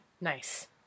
Nice